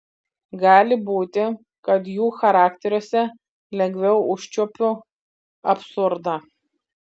gali būti kad jų charakteriuose lengviau užčiuopiu absurdą